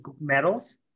medals